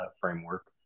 framework